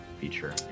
feature